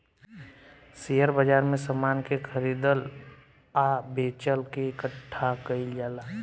share बाजार में समान के खरीदल आ बेचल के इकठ्ठा कईल जाला